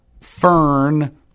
Fern